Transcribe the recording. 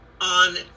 on